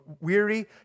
weary